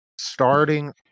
starting